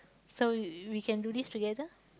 so we we can do this together